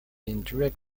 indirect